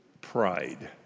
pride